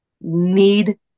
need